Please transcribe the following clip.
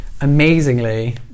amazingly